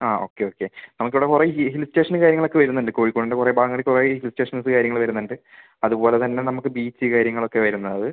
ആ ഒക്കെ ഓക്കെ നമുക്ക് ഇവിടെ കുറേ ഹിൽ സ്റ്റേഷനും കാര്യങ്ങളൊക്കെ വരുന്നുണ്ട് കോഴിക്കോടിൻ്റെ കുറേ ഭാഗങ്ങളിൽ കുറേ ഹിൽ സ്റ്റേഷൻസ് കാര്യങ്ങൾ വരുന്നുണ്ട് അതുപോലെ തന്നെ നമുക്ക് ബീച്ച് കാര്യങ്ങളൊക്കെ വരുന്നത്